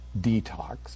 detox